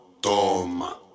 toma